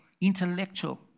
intellectual